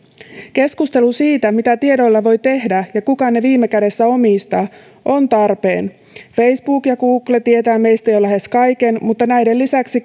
keskustelu siitä mitä tiedoilla voi tehdä ja kuka ne viime kädessä omistaa on tarpeen facebook ja google tietävät meistä jo lähes kaiken mutta sen lisäksi